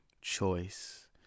choice